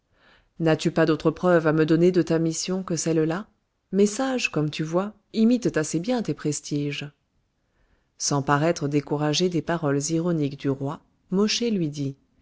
n'as-tu pas d'autre preuve à me donner de ta mission que celle-là mes sages comme tu vois imitent assez bien tes prestiges sans paraître découragé des paroles ironiques du roi mosché lui dit